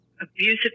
abusive